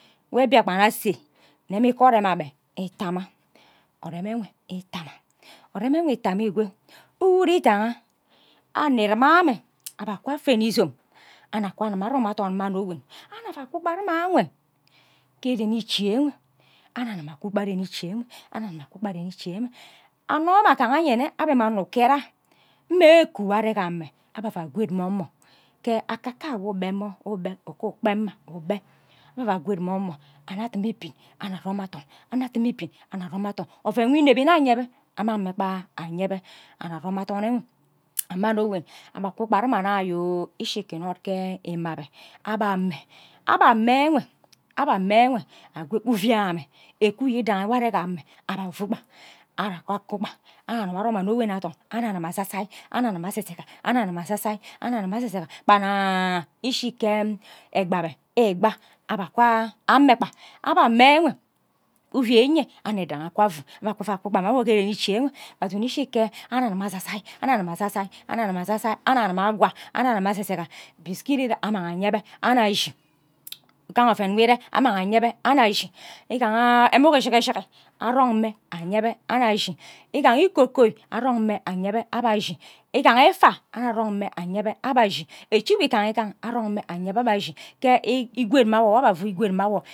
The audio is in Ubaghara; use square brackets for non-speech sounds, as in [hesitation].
Wo mbiakpan ase nne mme je orem abe itama orem enwe itama orem enwe itama ikwo uru idangha anno uru mme ame aba kwa fene izom anno kwo agima arom athon mme arowan annuk ava akukpa arema enwe ke ren ichi enwe annuk amuk agima aku kpa ren ichi enwe annuk agima aku kpa ren ichi enwe anno mbe agaha nne mme agaha anno uket rah mme eku nwo are gha mme abe ava akuad mma awo ke akaka anyo ukpe ukpe uku ukpem mma ukpe akured momo annuk adimi ibin annuk arom athon annuk adimi ibin annuk arom athon oven nwo inebi nne ayebe annag mme anyebe mma aruwen aba akukpa ja nna ayo ishi ke inod ke ime abe abe ame aba ame enwe aba mme enwe akwo uvie amer eku uwo idangi nwo are ame abe afu kpa anuk aku kpa annuk agima arom annuk enwe athom annuk agima asa sai annuk agima sesega annuk agima asa sai annuk agima sesega kpan nna [hesitation] ish ke egbi abe ikpa aba akwa amme kpa abe ame enwe urie uyen annuk idangi akwa afu abe aka afua aku kpa mma awo ike ren ichi enwe aduni ishike annuk agima asasai annuk agima asasai annuk agima asasai annuk agima akkwa biscuit ire amang anyebe annuk ashi oven nwo ire amang anye be annuk ashi igaha emughe shiki shiki arong mme anye be annuk ashi igaha ikokoi arong mme anye ba abe ashi igaha efah annuk arong mme anye be aba ashi echi nwo igaha igaha arong mme anye be aba ashi [hesitation] ikwod mme awo nwo aba af ikwo mme awo